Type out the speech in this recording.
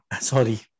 sorry